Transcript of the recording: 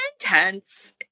intense